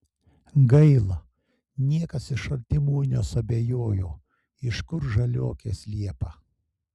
gaila niekas iš artimųjų nesuabejojo iš kur žaliuokės liepą